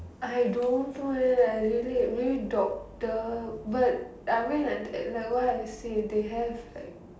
I don't know lah I really maybe doctor but I mean like what I see they have like